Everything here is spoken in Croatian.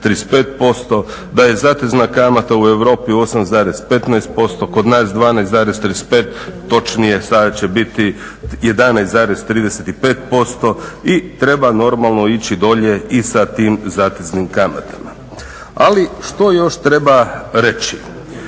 da je zatezna kamata u Europi 8,15%, kod nas 12,35 točnije sada će biti 11,35% i treba normalno ići dolje i sa tim zateznim kamatama. Ali što još treba reći?